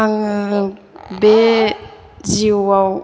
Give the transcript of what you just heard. आङो बे जिउआव